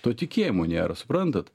to tikėjimo nėra suprantat